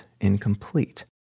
incomplete